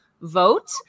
vote